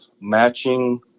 matching